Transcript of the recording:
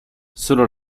solo